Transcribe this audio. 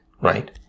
right